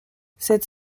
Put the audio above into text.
cette